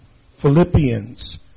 Philippians